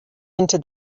into